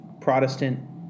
Protestant